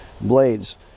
blades